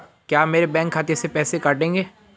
क्या आप मेरे बैंक खाते से पैसे काटेंगे?